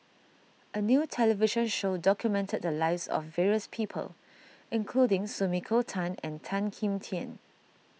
a new television show documented the lives of various people including Sumiko Tan and Tan Kim Tian